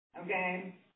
Okay